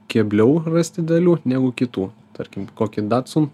kebliau rasti dalių negu kitų tarkim kokį dacum